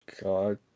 God